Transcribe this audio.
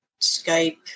Skype